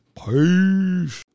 peace